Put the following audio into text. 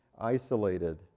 isolated